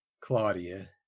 Claudia